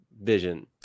vision